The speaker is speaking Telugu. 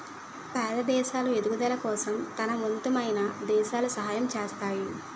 పేద దేశాలు ఎదుగుదల కోసం తనవంతమైన దేశాలు సహాయం చేస్తాయి